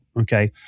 Okay